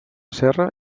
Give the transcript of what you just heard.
serra